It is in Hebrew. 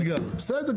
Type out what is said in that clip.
בסדר,